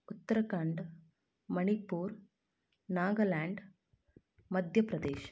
Uttarakhand Manipur Nagaland Madhya Pradesh